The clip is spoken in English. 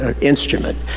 instrument